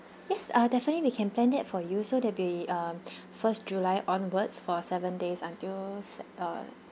yes uh definitely we can plan that for you so there'll be uh first july onwards for seven days until uh